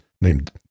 Named